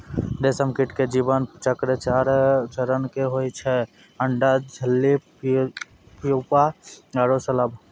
रेशम कीट के जीवन चक्र चार चरण के होय छै अंडा, इल्ली, प्यूपा आरो शलभ